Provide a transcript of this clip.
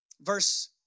Verse